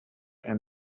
and